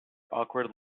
awkward